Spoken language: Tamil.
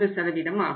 3 ஆகும்